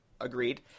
agreed